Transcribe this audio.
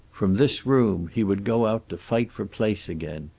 from this room he would go out to fight for place again,